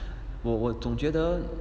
我我总觉得